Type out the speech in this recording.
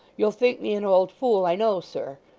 you'll think me an old fool, i know, sir.